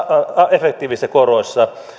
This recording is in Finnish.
efektiivisissä koroissa